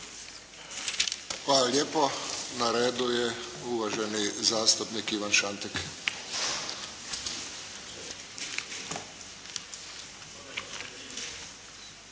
Hvala lijepo. Na redu je uvaženi zastupnik Ivan Šantek.